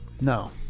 No